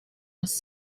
was